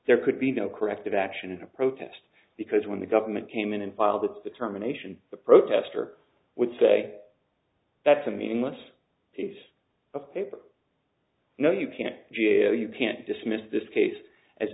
there could be no corrective action in a protest because when the government came in and filed its determination the protester would say that's a meaningless piece of paper no you can't g a o you can't dismiss this case as